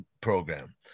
program